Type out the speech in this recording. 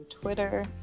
Twitter